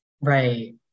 Right